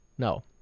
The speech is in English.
No